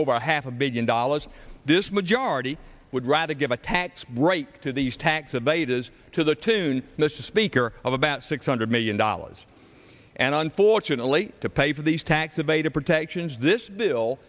over half a billion dollars this majority would rather give a tax break to these tax evaders to the tune mr speaker of about six hundred million dollars and unfortunately to pay for these tax evader protections this bill